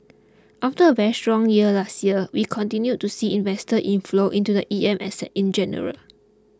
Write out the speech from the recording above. after a very strong year last year we continue to see investor inflow into the E M assets in general